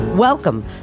Welcome